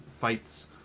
fights